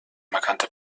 markante